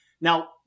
Now